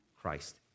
Christ